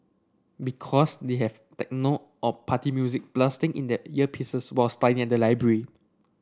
because they have techno or party music blasting in their earpieces while studying at the library